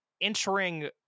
entering